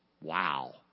Wow